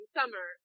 summer